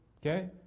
okay